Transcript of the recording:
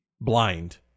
blind